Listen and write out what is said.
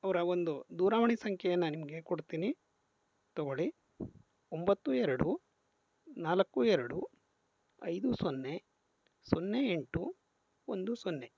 ಅವರ ಒಂದು ದೂರವಾಣಿ ಸಂಖ್ಯೆಯನ್ನು ನಿಮಗೆ ಕೊಡ್ತೀನಿ ತಗೊಳ್ಳಿ ಒಂಬತ್ತು ಎರಡು ನಾಲ್ಕು ಎರಡು ಐದು ಸೊನ್ನೆ ಸೊನ್ನೆ ಎಂಟು ಒಂದು ಸೊನ್ನೆ